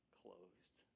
closed